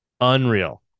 unreal